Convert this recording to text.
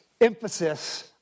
emphasis